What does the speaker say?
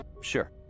Sure